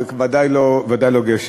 וודאי לא גשם.